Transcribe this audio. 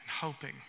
hoping